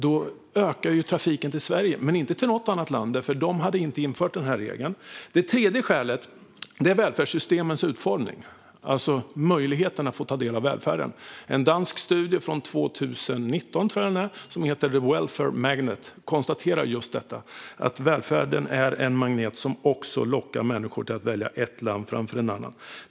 Då ökade trafiken till Sverige men inte till något annat land, för där hade man inte infört denna regel. Det tredje skälet handlar om välfärdssystemens utformning, alltså möjligheten att ta del av välfärden. En dansk studie från 2019, tror jag, som heter The Welfare Magnet konstaterar just detta. Välfärden är en magnet som lockar människor att välja ett land framför ett annat.